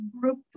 group